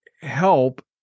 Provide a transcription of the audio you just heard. help